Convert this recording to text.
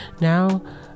now